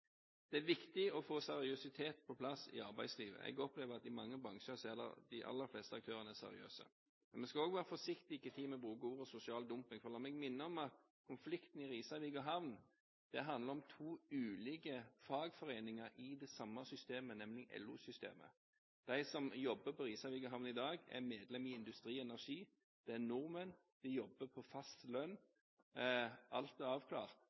Det er viktig å få seriøsitet på plass i arbeidslivet. Jeg opplever at i mange bransjer er de aller fleste aktørene seriøse. Men vi skal også være forsiktige når vi bruker uttrykket «sosial dumping», for la meg minne om at konflikten i Risavika havn handler om to ulike fagforeninger i det samme systemet, nemlig LO-systemet. De som jobber på Risavika havn i dag, er medlem i Industri Energi. Det er nordmenn, de jobber på fast lønn, alt er avklart.